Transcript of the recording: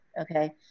okay